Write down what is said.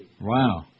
Wow